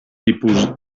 tipus